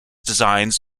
designs